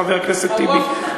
חבר הכנסת טיבי,